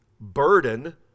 burden